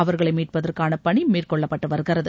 அவர்களை மீட்பதற்கான பணி மேற்கொள்ளப்பட்டு வருகிறது